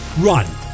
Run